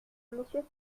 monsieur